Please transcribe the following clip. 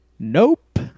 Nope